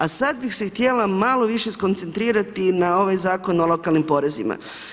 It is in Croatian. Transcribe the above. A sada bih se htjela malo više skoncentrirati na ovaj Zakon o lokalnim porezima.